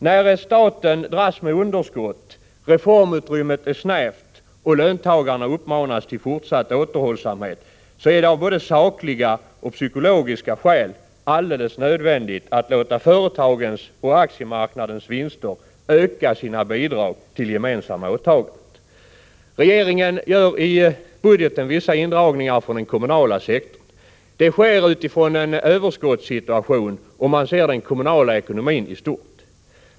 När staten dras med underskott, reformutrymmet är snävt och löntagarna uppmanas till fortsatt återhållsamhet är det av både sakliga och psykologiska skäl alldeles nödvändigt att låta företagens och aktiemarknadens vinster öka sina bidrag till gemensamma åtaganden. Regeringen gör i budgeten vissa indragningar från den kommunala sektorn. Det sker från en överskottssituation, om man ser den kommunala ekonomin i stort.